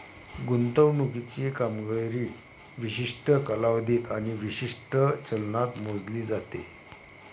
गुंतवणुकीची कामगिरी विशिष्ट कालावधीत आणि विशिष्ट चलनात मोजली जाते